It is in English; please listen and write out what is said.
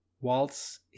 Waltz